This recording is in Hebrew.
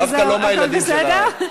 דווקא לא מהילדים, הכול בסדר?